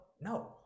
no